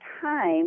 time